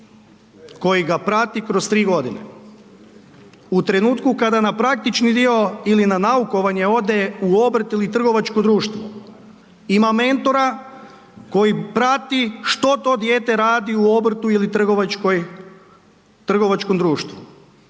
koji ga prati kroz 3.g., u trenutku kada na praktični dio ili na naukovanje ode u obrt ili trgovačko društvo ima mentora koji prati što to dijete radi u obrtu ili trgovačkom društvu